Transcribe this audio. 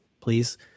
please